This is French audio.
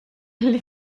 les